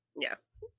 Yes